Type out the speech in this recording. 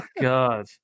God